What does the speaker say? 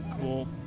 cool